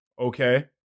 Okay